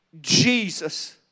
Jesus